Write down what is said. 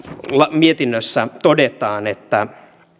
mietinnössä todetaan